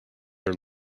are